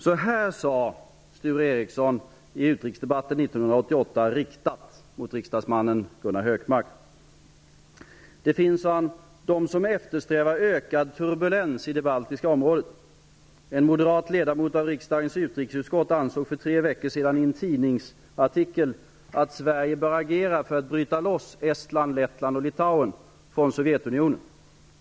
Så här sade Sture Ericson i utrikesdebatten 1988 riktat till riksdagsman Gunnar Hökmark: Det finns de som eftersträvar ökad turbulens i det baltiska området. En moderat ledamot av riksdagens utrikesutskott ansåg för tre veckor sedan i en tidningsartikel att Sverige bör agera för att bryta loss Estland, Lettland och Litauen från Sovjetunionen.